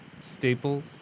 staples